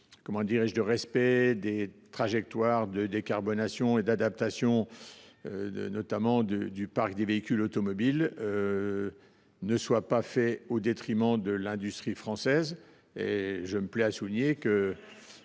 le respect des trajectoires de décarbonation et d’adaptation, notamment du parc des véhicules automobiles, ne se fasse pas au détriment de l’industrie française. Je me plais à souligner que